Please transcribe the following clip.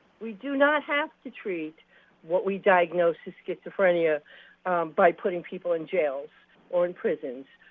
we do not have to treat what we diagnose as schizophrenia by putting people in jails or in prisons.